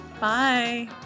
Bye